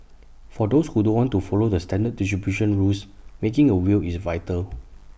for those who don't want to follow the standard distribution rules making A will is vital